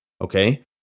Okay